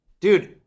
Dude